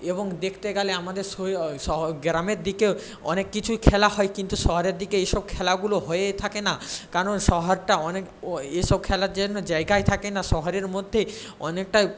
এবং দেখতে গেলে আমাদের গ্রামের দিকেও অনেক কিছুই খেলা হয় কিন্তু শহরের দিকে এইসব খেলাগুলো হয়ে থাকে না কারণ শহরটা অনেক ও এইসব খেলার জন্য জায়গাই থাকে না শহরের মধ্যে অনেকটাই